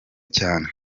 cyane